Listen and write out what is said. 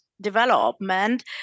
development